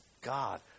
God